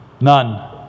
None